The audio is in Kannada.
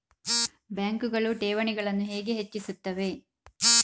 ಬ್ಯಾಂಕುಗಳು ಠೇವಣಿಗಳನ್ನು ಹೇಗೆ ಹೆಚ್ಚಿಸುತ್ತವೆ?